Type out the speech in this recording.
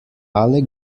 alle